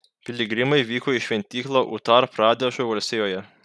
piligrimai vyko į šventyklą utar pradešo valstijoje